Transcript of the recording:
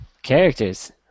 Characters